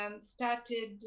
started